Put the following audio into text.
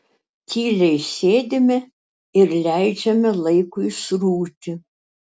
tyliai sėdime ir leidžiame laikui srūti